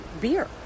beer